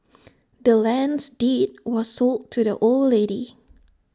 the land's deed was sold to the old lady